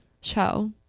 show